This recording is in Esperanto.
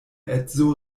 edzo